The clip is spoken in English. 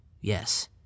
yes